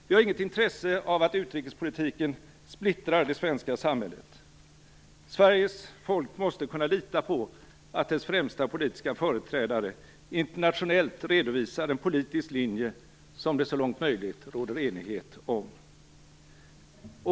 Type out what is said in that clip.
Vi har inget intresse av att utrikespolitiken splittrar det svenska samhället. Sveriges folk måste kunna lita på att dess främsta politiska företrädare internationellt redovisar en politisk linje som det så långt möjligt råder enighet om.